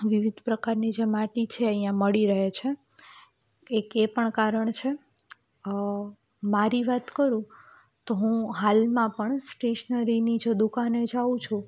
વિવિધ પ્રકારની જે માટી છે અહીંયા મળી રહે છે એક એ પણ કારણ છે મારી વાત કરું તો હું હાલમાં પણ સ્ટેશનરીની જો દુકાને જાઉં છું